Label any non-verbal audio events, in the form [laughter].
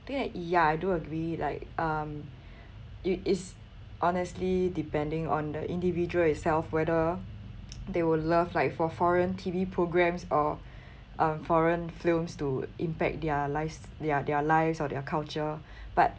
then ya I do agree like um it is honestly depending on the individual itself whether [noise] they will love like for foreign T_V programmes or um foreign films to impact their lives their their lives or their culture [breath] but